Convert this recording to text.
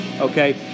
Okay